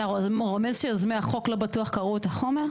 אתה רומז שיוזמי החוק לא בטוח קראו את החומר?